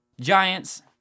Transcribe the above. Giants